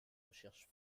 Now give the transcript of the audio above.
recherche